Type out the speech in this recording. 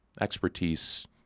expertise